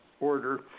order